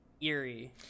eerie